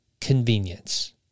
convenience